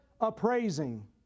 appraising